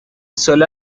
suelo